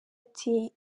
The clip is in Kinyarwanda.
ati